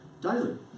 Daily